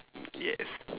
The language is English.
yes